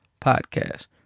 podcast